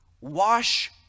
Wash